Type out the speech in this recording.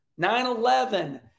9-11